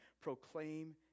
proclaim